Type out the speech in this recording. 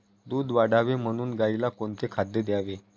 दूध वाढावे म्हणून गाईला कोणते खाद्य द्यावे?